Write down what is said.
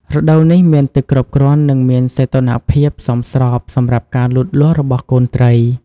រដូវនេះមានទឹកគ្រប់គ្រាន់ និងមានសីតុណ្ហភាពសមស្របសម្រាប់ការលូតលាស់របស់កូនត្រី។